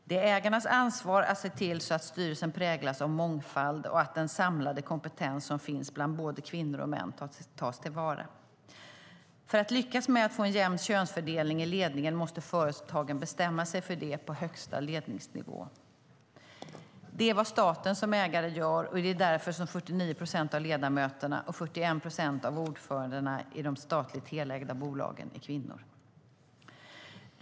Det är ägarnas ansvar att se till att styrelsen präglas av mångfald och att den samlade kompetens som finns bland både kvinnor och män tas till vara. För att lyckas med att få en jämn könsfördelning i ledningen måste företagen bestämma sig för det på högsta ledningsnivå. Det är vad staten som ägare gör, och det är därför som 49 procent av ledamöterna och 41 procent av ordförandena i de statligt helägda bolagen är kvinnor.